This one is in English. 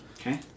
Okay